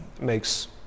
makes